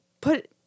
put